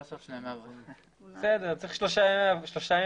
צריך שלושה ימים,